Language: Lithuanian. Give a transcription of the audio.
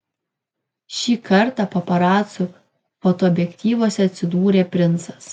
šį kartą paparacų fotoobjektyvuose atsidūrė princas